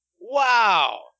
Wow